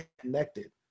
connected